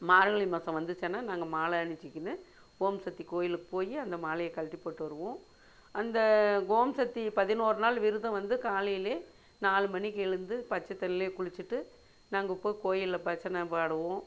மார்கழி மாதம் வந்துச்சனால் நாங்கள் மாலை அணிஞ்சுக்கிணு ஓம் சக்தி கோயிலுக்கு போய் அந்த மாலையை கழட்டி போட்டு வருவோம் அந்த ஓம் சக்தி பதினோரு நாள் விரதம் வந்து காலையில் நாலு மணிக்கு எழுந்து பச்சை தண்ணியிலயே குளித்துட்டு நாங்கள் போய் கோயிலில் பஜனை பாடுவோம்